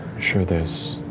sure there's